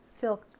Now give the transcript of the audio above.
feel